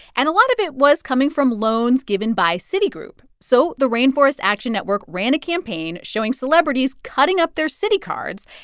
and a lot of it was coming from loans given by citigroup. so the rainforest action network ran a campaign showing celebrities cutting up their citi cards.